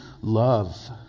love